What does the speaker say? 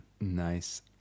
nice